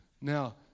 now